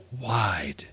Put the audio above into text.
wide